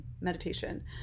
meditation